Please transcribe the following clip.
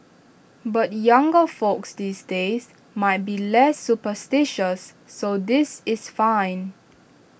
but younger folks these days might be less superstitious so this is fine